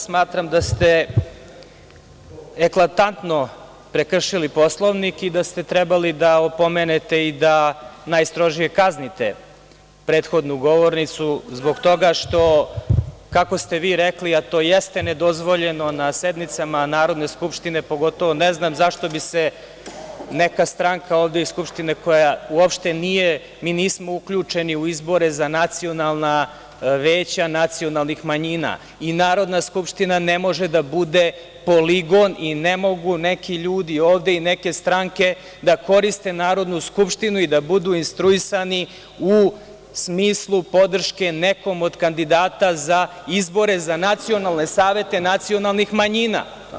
Smatram da se eklatantno prekršili Poslovnik i da ste trebali da opomenete i da najstrožije kaznite prethodnu govornicu zbog toga što, kako ste rekli, a to jeste nedozvoljeno na sednicama Narodne skupštine, pogotovo ne znam zašto bi se neka stranka ovde iz Skupštine koja uopšte nije, mi nismo uključeni u izbore za nacionalna veća nacionalnih manjina i Narodna skupština ne može da bude poligon i ne mogu neki ljudi ovde i neke stranke da korite Narodnu skupštinu i da budu instruisani u smislu podrške nekom od kandidata za izbore za nacionalne saveta nacionalnih manjina.